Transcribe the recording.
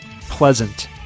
pleasant